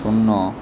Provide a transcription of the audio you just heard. শূন্য